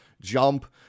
jump